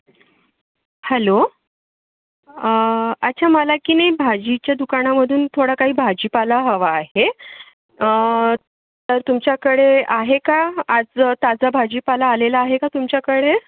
hello अच्छा मला किनी भाजीच्या दुकानामधून थोडं काही भाजीपाला हवा आहे तर तुमच्याकडे आहे का आज ताजा भाजीपाला आलेला आहे का तुमच्याकडे